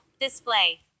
Display